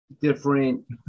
different